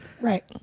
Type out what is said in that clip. Right